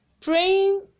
praying